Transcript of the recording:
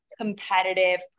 competitive